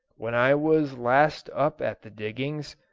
when i was last up at the diggings,